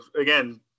again